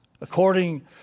according